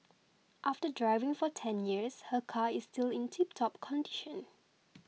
after driving for ten years her car is still in tiptop condition